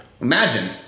Imagine